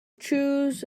chose